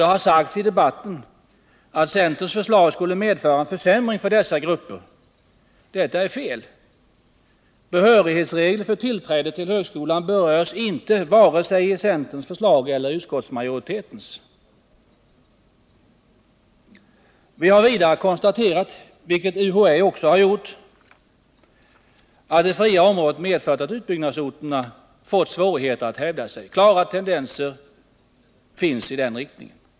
Det har sagts i debatten att centerns förslag skulle medföra en försämring för dessa grupper. Detta är fel. Behörighetsreglerna för tillträde till högskolan berörs inte vare sig i centerns förslag eller i utskottsmajoritetens. Vi har vidare konstaterat, vilket också UHÄ har gjort, att det fria området har medfört att utbyggnadsorterna fått svårigheter att hävda sig. Klara tendenser finns i den riktningen.